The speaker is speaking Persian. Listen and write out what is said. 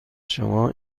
شما